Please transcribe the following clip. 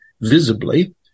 visibly